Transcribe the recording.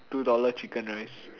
two dollar chicken rice